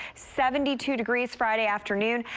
seventy two degrees friday afternoon.